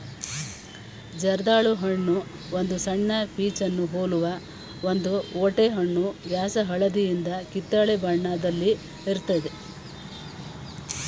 ಜರ್ದಾಳು ಹಣ್ಣು ಒಂದು ಸಣ್ಣ ಪೀಚನ್ನು ಹೋಲುವ ಒಂದು ಓಟೆಹಣ್ಣು ವ್ಯಾಸ ಹಳದಿಯಿಂದ ಕಿತ್ತಳೆ ಬಣ್ಣದಲ್ಲಿರ್ತದೆ